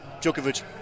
Djokovic